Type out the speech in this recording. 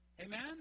Amen